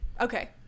okay